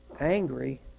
angry